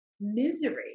misery